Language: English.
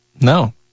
No